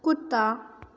कुत्ता